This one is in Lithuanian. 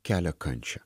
kelia kančią